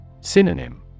Synonym